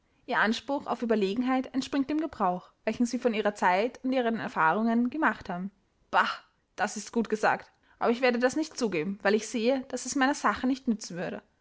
ihr anspruch auf überlegenheit entspringt dem gebrauch welchen sie von ihrer zeit und ihren erfahrungen gemacht haben bah das ist gut gesagt aber ich werde das nicht zugeben weil ich sehe daß es meiner sache nicht nützen würde